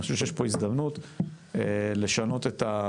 אני חושב שיש פה הזדמנות לשנות ולעדכן,